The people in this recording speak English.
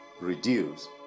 reduce